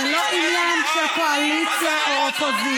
זה לא עניין של קואליציה או אופוזיציה.